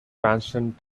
transcend